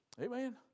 Amen